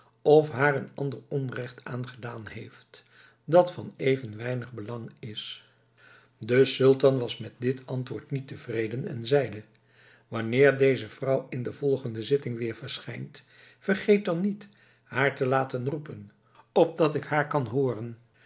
of haar een ander onrecht aangedaan heeft dat van even weinig belang is de sultan was met dit antwoord niet tevreden en zeide wanneer deze vrouw in de volgende zitting weer verschijnt vergeet dan niet haar te laten roepen opdat ik haar kan hooren